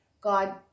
God